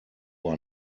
are